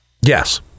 yes